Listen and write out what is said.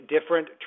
different